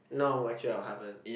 no actually I haven't